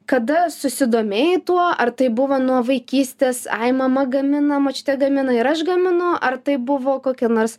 kada susidomėjai tuo ar tai buvo nuo vaikystės ai mama gamina močiutė gamina ir aš gaminu ar tai buvo kokia nors